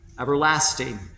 everlasting